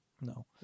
No